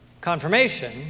Confirmation